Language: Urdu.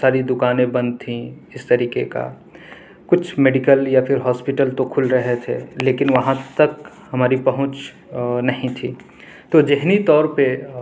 ساری دکانیں بند تھیں اس طریقے کا کچھ میڈیکل یا پھر ہاسپیٹل تو کھل رہے تھے لیکن وہاں تک ہماری پہنچ نہیں تھی تو ذہنی طور پہ